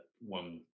one